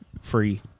Free